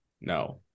No